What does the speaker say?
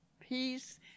peace